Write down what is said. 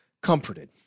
comforted